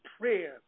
prayer